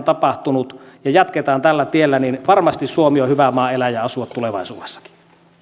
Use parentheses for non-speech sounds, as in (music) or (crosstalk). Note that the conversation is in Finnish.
(unintelligible) tapahtunut jatketaan tällä tiellä niin varmasti suomi on hyvä maa elää ja asua tulevaisuudessakin